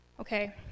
Okay